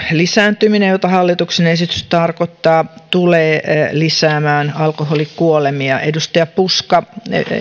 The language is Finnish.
lisääntyminen jota hallituksen esitys tarkoittaa tulee lisäämään alkoholikuolemia edustaja puska